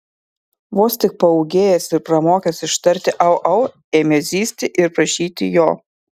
vos tik paūgėjęs ir pramokęs ištarti au au ėmė zyzti ir prašyti jo